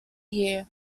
here